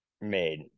made